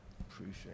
Appreciate